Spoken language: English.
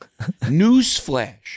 Newsflash